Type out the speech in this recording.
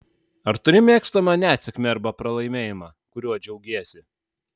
ar turi mėgstamą nesėkmę arba pralaimėjimą kuriuo džiaugiesi